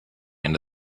into